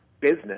business